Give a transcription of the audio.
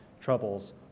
troubles